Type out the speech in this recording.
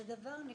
זה דבר נפלא.